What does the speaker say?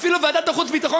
אפילו ועדת החוץ והביטחון,